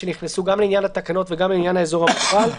שנכנסו גם לעניין התקנות וגם לעניין האזור המוחל,